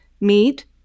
meat